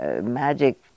magic